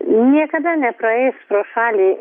niekada nepraeis pro šalį